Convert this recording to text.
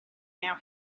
now